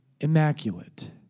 immaculate